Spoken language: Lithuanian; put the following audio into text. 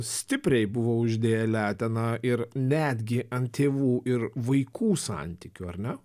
stipriai buvo uždėję leteną ir netgi ant tėvų ir vaikų santykių ar ne